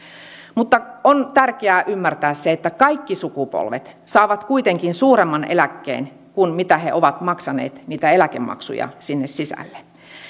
mutta on tärkeää ymmärtää se että kaikki sukupolvet saavat kuitenkin suuremman eläkkeen kuin mitä he ovat maksaneet niitä eläkemaksuja sinne sisälle